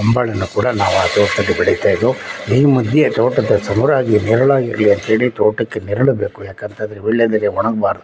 ಹೊಂಬಾಳೆನ ಕೂಡ ನಾವು ಆ ತೋಟದಲ್ಲಿ ಬೆಳೀತ ಇದ್ವು ಈ ಮಧ್ಯೆ ತೋಟದ ನೆರಳಾಗಿರಲಿ ಅಂತ್ಹೇಳಿ ತೋಟಕ್ಕೆ ನೆರಳು ಬೇಕು ಯಾಕಂತಂದರೆ ವೀಳ್ಯದೆಲೆ ಒಣಗಬಾರ್ದು